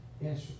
Yes